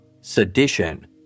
sedition